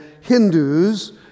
Hindus